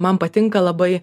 man patinka labai